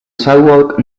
sidewalk